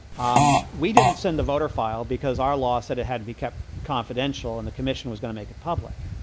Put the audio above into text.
um we didn't send the voter file because our law said it had to be kept confidential and the commission was gonna make it public.